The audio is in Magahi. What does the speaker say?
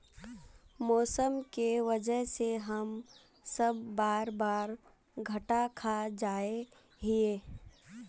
मौसम के वजह से हम सब बार बार घटा खा जाए हीये?